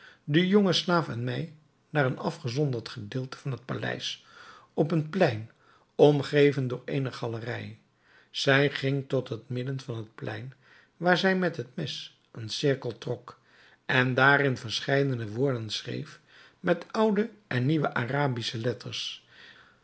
den jongen slaaf en mij naar een afgezonderd gedeelte van het paleis op een plein omgeven door eene galerij zij ging tot op het midden van het plein waar zij met het mes een cirkel trok en daarin verscheidene woorden schreef met oude en nieuwe arabische letters